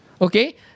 Okay